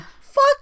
Fuck